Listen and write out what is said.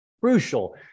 crucial